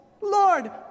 Lord